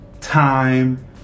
time